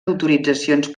autoritzacions